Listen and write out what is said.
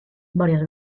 varias